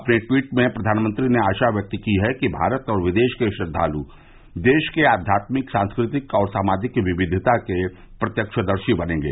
अपने ट्वीट में प्रधानमंत्री ने आशा व्यक्त की है कि भारत और विदेश के श्रद्वालु देश के आध्यात्मिक सांस्कृतिक और सामाजिक विविधता के प्रत्यक्षदर्शी बनेंगे